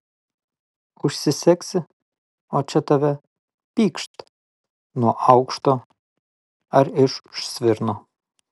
užsisegsi o čia tave pykšt nuo aukšto ar iš už svirno